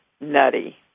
nutty